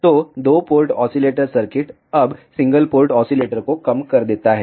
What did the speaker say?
तो दो port oscillator circuit अब सिंगल पोर्ट ऑसिलेटर को कम कर देता है